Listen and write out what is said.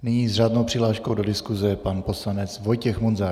Nyní s řádnou přihláškou do diskuse pan poslanec Vojtěch Munzar.